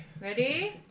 Ready